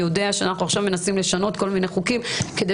יודע שאנחנו מנסים לשנות כל מיני חוקים כדי